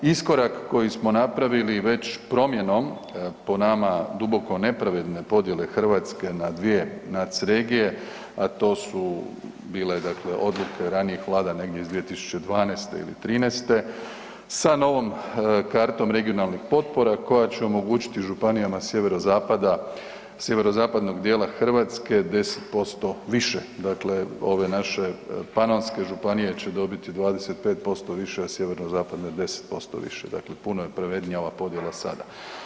Iskorak koji smo napravili već promjenom, po nama duboko nepravedne podijele Hrvatske na 2 nuts regije, a to su bile dakle odluke ranijih vlada negdje iz 2012. ili '13. sa novom kartom regionalnih potpora koja će omogućiti županijama sjeverozapada, sjeverozapadnog dijela Hrvatske 10% više, dakle ove naše panonske županije će dobiti 25% više, a sjeverozapadne 10% više, dakle puno je pravednija ova podjela sada.